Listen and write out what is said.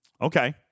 okay